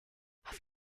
have